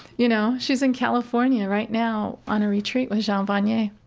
you know, she's in california right now on a retreat with jean vanier.